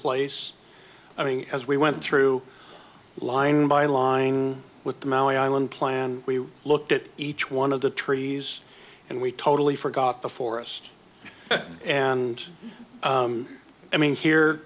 place i mean as we went through line by line with the maui island plan we looked at each one of the trees and we totally forgot the forest and i mean here